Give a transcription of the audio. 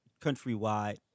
countrywide